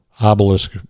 obelisk